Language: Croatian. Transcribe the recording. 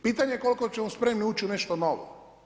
Pitanje koliko ćemo spremni ući u nešto novo.